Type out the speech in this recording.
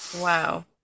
Wow